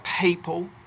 people